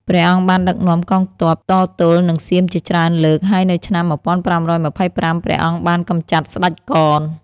ព្រះអង្គបានដឹកនាំកងទ័ពតទល់នឹងសៀមជាច្រើនលើក ហើយនៅឆ្នាំ ១៥២៥ ព្រះអង្គបានកម្ចាត់ស្ដេចកន។